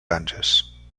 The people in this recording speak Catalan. ganges